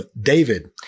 David